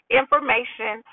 information